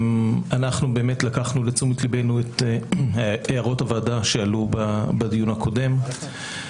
אנחנו לקחנו לתשומת ליבנו את הערות הוועדה שעלו בדיון הקודם.